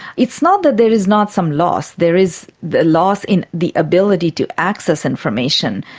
it's not that there is not some loss, there is the loss in the ability to access information,